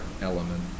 element